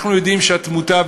אנחנו יודעים שהתמותה,